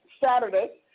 Saturday